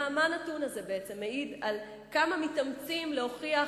מה הנתון הזה בעצם מעיד על כמה מתאמצים להוכיח